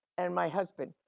and my husband,